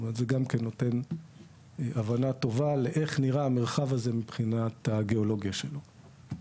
זה גם כן נותן הבנה טובה לאיך נראה המרחב הזה מבחינת הגיאולוגיה שלו.